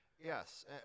Yes